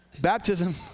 Baptism